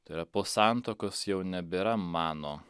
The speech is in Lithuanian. tai yra po santuokos jau nebėra mano